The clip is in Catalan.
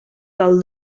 del